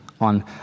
on